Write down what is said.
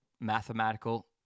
mathematical